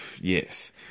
yes